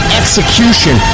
execution